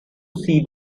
see